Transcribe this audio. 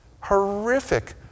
horrific